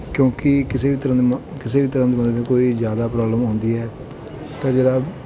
ਕਿਉਂਕਿ ਕਿਸੇ ਵੀ ਤਰ੍ਹਾ ਦੀ ਕਿਸੇ ਵੀ ਤਰ੍ਹਾਂ ਦੀ ਮਤਲਬ ਕੋਈ ਜ਼ਿਆਦਾ ਪ੍ਰੋਬਲਮ ਆਉਂਦੀ ਹੈ ਤਾਂ ਜਿਹੜਾ